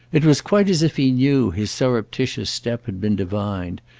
it was quite as if he knew his surreptitious step had been divined,